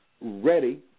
ready